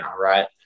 right